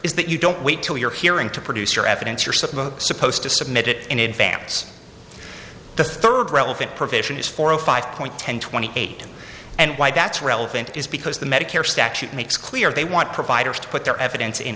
is that you don't wait till your hearing to produce your evidence yourself supposed to submit it in advance the third relevant provision is four of five point ten twenty eight and why that's relevant is because the medicare statute makes clear they want providers to put their evidence in